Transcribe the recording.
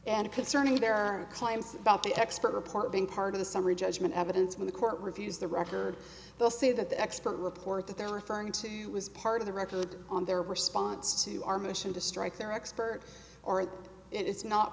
and concerning their claims about the expert report being part of the summary judgment evidence from the court reviews the record they'll say that the expert report that they're referring to was part of the record on their response to our mission to strike their expert or if it is not